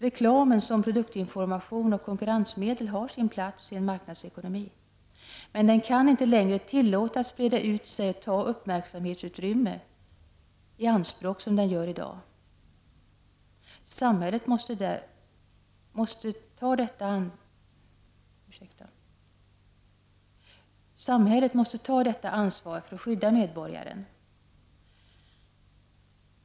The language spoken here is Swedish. Reklamen, som produktinformation och konkurrensmedel, har sin plats i en marknadsekonomi, men den kan inte längre tillåtas breda ut sig och ta uppmärksamhetsutrymme i anspråk på sådant sätt som den gör i dag. Samhället måste ta ansvar för att skydda medborgaren.